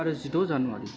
आरो जिद' जानुवारि